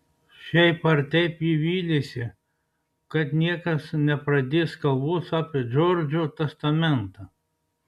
šiaip ar taip ji vylėsi kad niekas nepradės kalbos apie džordžo testamentą